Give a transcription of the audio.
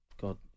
God